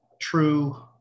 true